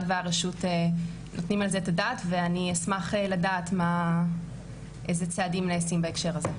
והרשות נותנים על זה את הדעת ואני אשמח לדעת איזה צעדים נעשים בהקשר הזה.